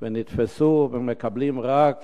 ונתפסו, מקבלים רק